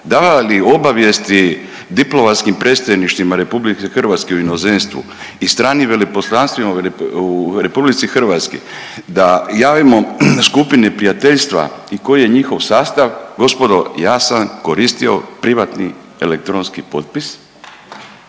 davali obavijesti diplomatskim predstavništvima Republike Hrvatske u inozemstvu i stranim veleposlanstvima u Republici Hrvatskoj, da javimo skupini prijateljstva i koji je njihov sastav gospodo ja sam koristio privatni elektronski potpis.